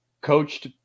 coached